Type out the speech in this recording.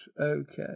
Okay